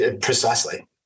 precisely